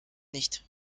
nicht